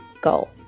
goal